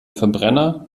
verbrenner